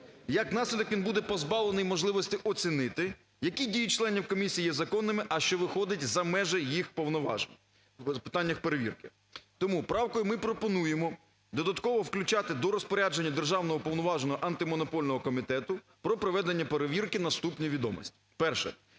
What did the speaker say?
Як наслідок, він буде позбавлений можливості оцінити, які дії членів комісії є законними, а що виходить за межі їх повноважень в питаннях перевірки. Тому правкою ми пропонуємо додатково включати до розпорядження державного уповноваженого Антимонопольного комітету про проведення перевірки наступні відомості: Перше.